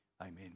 Amen